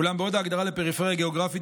אולם בעוד ההגדרה לפריפריה גיאוגרפית